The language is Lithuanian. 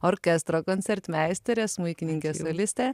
orkestro koncertmeisterė smuikininkė solistė